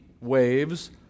waves